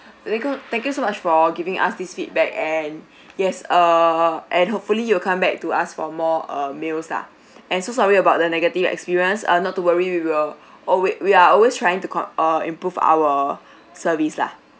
thank you thank you so much for giving us this feedback and yes err and hopefully you'll come back to us for more uh meals lah and so sorry about the negative experience uh not to worry we will oh wait we are always trying to ca~ err improve our service lah